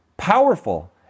Powerful